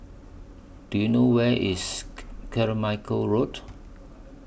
Do YOU know Where IS Carmichael Road